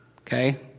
okay